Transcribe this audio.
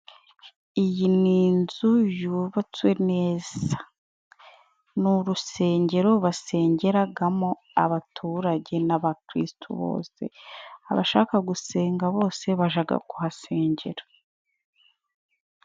Iyi ni inzu yubatswe neza. Ni urusengero basengeraga mo, abaturage n'abakirisitu bose, abashaka gusenga bose bajaga kuhasengera.